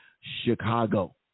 Chicago